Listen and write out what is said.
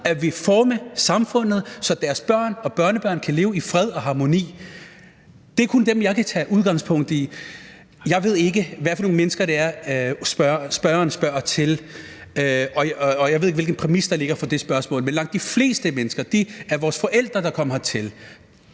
at ville forme samfundet, så deres børn og børnebørn kan leve i fred og harmoni, og det er kun dem, jeg kan tage udgangspunkt i. Jeg ved ikke, hvad for nogle mennesker, det er, spørgeren spørger til, og jeg ved ikke, hvilken præmis der ligger til grund for det spørgsmål. Men langt de fleste mennesker, de af vores forældre, der kom hertil,